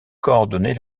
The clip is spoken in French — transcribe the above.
coordonner